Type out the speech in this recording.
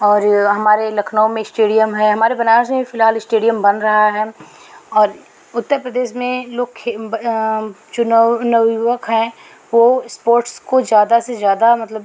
और हमारे लखनउ में स्टेडियम है हमारे बनारस में भी फिलहाल स्टेडियम बन रहा है और उत्तर प्रदेश में लोग खे ब चुनव नवयुवक हैं वो स्पोर्ट्स को ज्यादा से ज्यादा मतलब